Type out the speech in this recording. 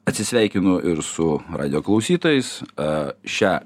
atsisveikinu ir su radijo klausytojais a šią